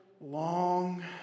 long